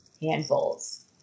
handfuls